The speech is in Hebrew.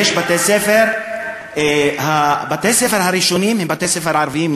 בתי-הספר הראשונים הם בתי-ספר ערביים,